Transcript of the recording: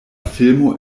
filmo